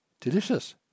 Delicious